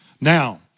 Now